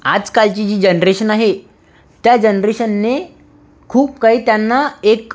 आजकालची जी जनरेशन आहे त्या जनरेशनने खूप काही त्यांना एक